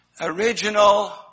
original